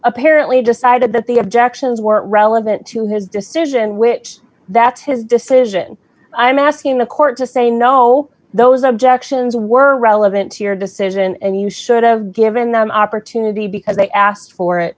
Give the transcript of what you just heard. apparently decided that the objections were relevant to his decision which that's his decision i'm asking the court to say no those objections were relevant to your decision and you should have given them opportunity because they asked for it